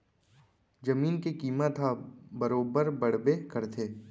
जमीन के कीमत ह बरोबर बड़बे करथे